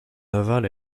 naval